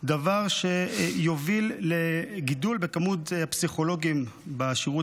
דבר שיוביל לגידול במספר הפסיכולוגים בשירות